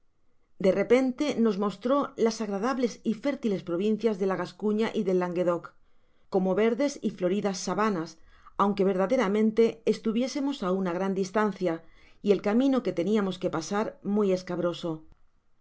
de repente nos mostró las agradables y fértiles provincias do la gascuña y del languedoc como verdes y floridas sábanas aunque verdaderamente estuviésemos á una gran distancia y el camino que teniamos que pasar muy escabroso